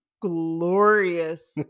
glorious